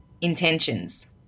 intentions